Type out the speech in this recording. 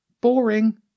Boring